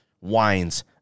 wines